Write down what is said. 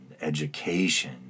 education